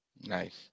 Nice